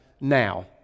now